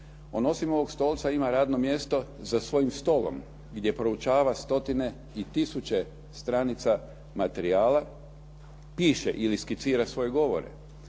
On osim ovog stolca ima radno mjesto za svojim stolom gdje proučava stotine i tisuće stranica materijala, piše ili skicira svoje govore.